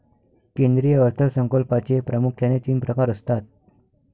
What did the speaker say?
केंद्रीय अर्थ संकल्पाचे प्रामुख्याने तीन प्रकार असतात